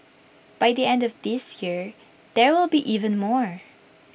by the end of this year there will be even more